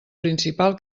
principal